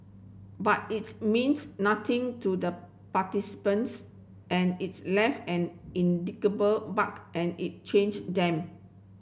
but it's nothing to the participants and it's left an mark and it change them